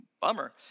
Bummer